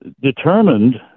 determined